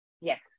Yes